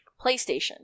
playstation